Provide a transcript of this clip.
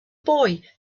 boy